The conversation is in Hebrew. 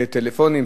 טלפונים,